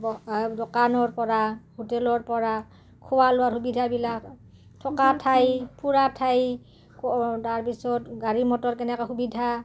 দোকানৰ পৰা হোটেলৰ পৰা খোৱা লোৱা সুবিধাবিলাক থকা ঠাই ফুৰা ঠাই তাৰপিছত গাড়ী মটৰ কেনেকে সুবিধা